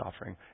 offering